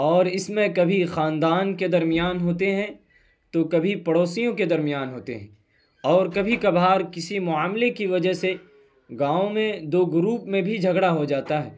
اور اس میں کبھی خاندان کے درمیان ہوتے ہیں تو کبھی پڑوسیوں کے درمیان ہوتے ہیں اور کبھی کبھار کسی معاملے کی وجہ سے گاؤں میں دو گروپ میں بھی جھگڑا ہو جاتا ہے